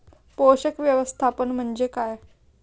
पोषक व्यवस्थापन म्हणजे काय?